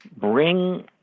bring